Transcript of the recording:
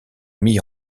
mis